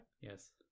Yes